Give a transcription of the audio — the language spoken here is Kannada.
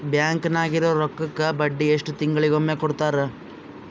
ಬ್ಯಾಂಕ್ ನಾಗಿರೋ ರೊಕ್ಕಕ್ಕ ಬಡ್ಡಿ ಎಷ್ಟು ತಿಂಗಳಿಗೊಮ್ಮೆ ಕೊಡ್ತಾರ?